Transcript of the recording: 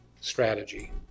strategy